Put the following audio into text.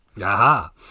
Aha